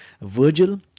Virgil